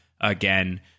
again